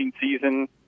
season